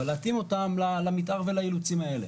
אבל להתאים אותם למתאר ולאילוצים האלה.